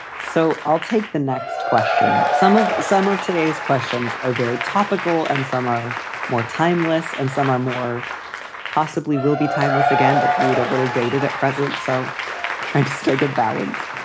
so i'll take the next question, some of some of today's questions are very topical and some are more timeless and some are more possibly will be timeless again. but read a little dated at president, so trying to strike a balance.